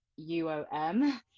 uom